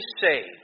say